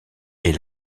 est